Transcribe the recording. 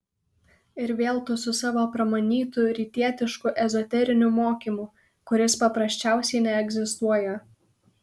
ir vėl tu su savo pramanytu rytietišku ezoteriniu mokymu kuris paprasčiausiai neegzistuoja